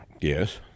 Yes